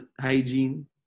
hygiene